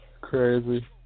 Crazy